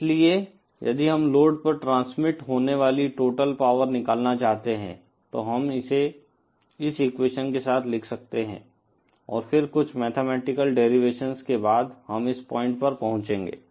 इसलिए यदि हम लोड पर ट्रांसमिट होने वाली टोटल पावर निकालना चाहते हैं तो हम इसे इस एक्वेशन के साथ लिख सकते हैं और फिर कुछ मैथमेटिकल डेरिवेशन्स के बाद हम इस पॉइंट पर पहुंचेंगे